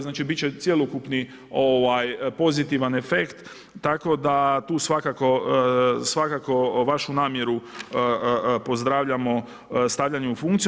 Znači, biti će cjelokupni pozitivan efekt, tako da tu svakako vašu namjeru pozdravljamo stavljanje u funkcije.